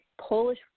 Polish